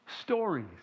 Stories